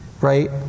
right